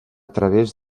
través